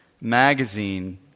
magazine